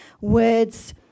words